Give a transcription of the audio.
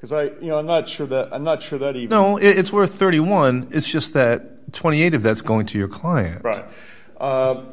is i you know i'm not sure that i'm not sure that even though it's worth thirty one it's just that twenty eight of that's going to your client right